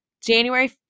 January